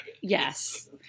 yes